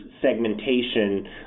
segmentation